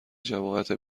جماعت